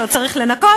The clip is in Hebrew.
שעוד צריך לנקות,